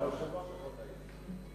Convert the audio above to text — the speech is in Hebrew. אבל אתה מברך, נכון?